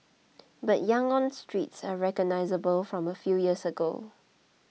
but Yangon's streets are unrecognisable from a few years ago